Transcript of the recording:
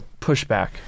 pushback